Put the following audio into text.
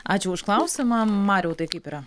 ačiū už klausimą mariau tai kaip yra